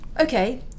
Okay